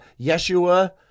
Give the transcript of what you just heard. Yeshua